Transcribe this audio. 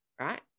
right